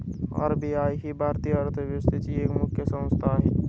RBI ही भारतीय अर्थव्यवस्थेची एक मुख्य संस्था आहे